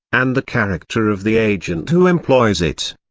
and the character of the agent who employs it.